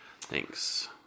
Thanks